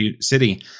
city